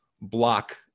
block